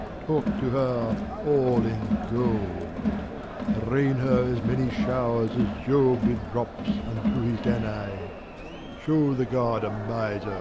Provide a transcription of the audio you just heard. talk to her all in gold rain her as many showers as jove did drops unto his danae shew the god a miser,